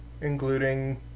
including